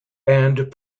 and